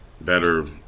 better